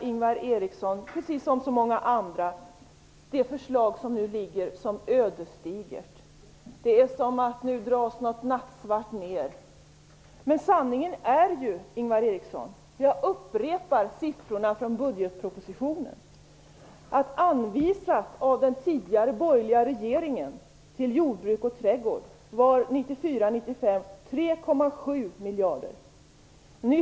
Ingvar Eriksson, liksom många andra, utmålar liggande förslag som ödesdigert. Det är som om något nattsvart nu skulle dras ned. Men sanningen, Ingvar Eriksson, är - jag upprepar siffrorna från budgetpropositionen - att den tidigare borgerliga regeringen 1994/95 till jordbruk och trädgård anvisade 3,7 miljarder kronor.